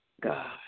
God